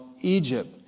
Egypt